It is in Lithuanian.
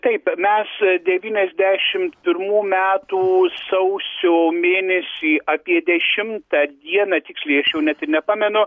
taip mes devyniasdešimt pirmų metų sausio mėnesį apie dešimtą dieną tiksliai aš jau net ir nepamenu